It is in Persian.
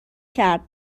کرد